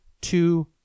two